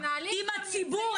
עם הציבור,